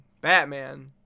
batman